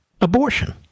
abortion